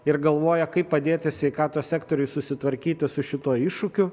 ir galvoja kaip padėti sveikatos sektoriui susitvarkyti su šituo iššūkiu